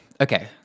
Okay